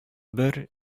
бер